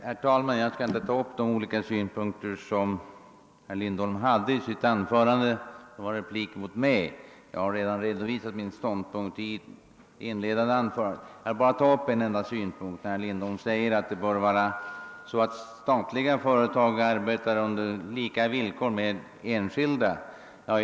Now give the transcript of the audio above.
Herr talman! Jag skall inte ta upp de olika synpunkter som herr Lindholm anförde i en replik mot mig — jag har redan redovisat min ståndpunkt i ett inledande anförande. En enda synpunkt vill jag dock beröra. Herr Lindholm sade att statliga företag bör arbeta på villkor liknande enskilda företags.